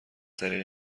طریق